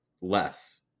less